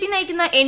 P നയിക്കുന്ന N